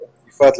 יפעת,